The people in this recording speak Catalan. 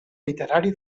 literari